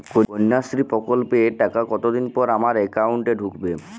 কন্যাশ্রী প্রকল্পের টাকা কতদিন পর আমার অ্যাকাউন্ট এ ঢুকবে?